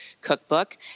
cookbook